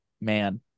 man